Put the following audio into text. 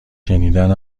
شنیدن